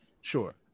Sure